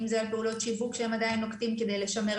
אם זה על פעולות שיווק שהם עדיין נוקטים כדי לשמר,